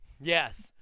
Yes